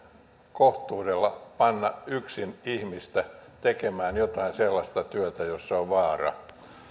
kohtuudella panna yksin ihmistä tekemään jotain sellaista työtä jossa on vaara